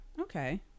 Okay